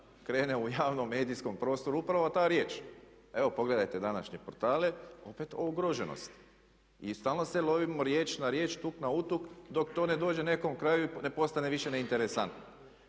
krene u javnom medijskom prostoru upravo ta riječ. Evo pogledajte današnje portale, opet o ugroženosti. I stalno se lovimo riječ na riječ, tuk a utuk dok to ne dođe nekom kraju i ne postane više neinteresantno.